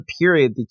period